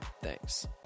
Thanks